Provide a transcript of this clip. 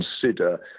consider